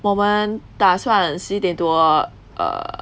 我们打算十一点多 err